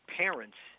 parents